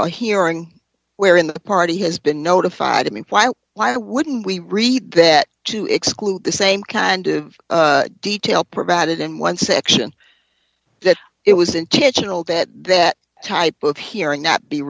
a hearing where in the party has been notified i mean why why wouldn't we read that to exclude the same kind of detail provided in one section that it was intentional that that type of hearing not be